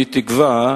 אני תקווה,